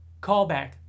callback